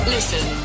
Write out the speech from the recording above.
Listen